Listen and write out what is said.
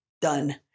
done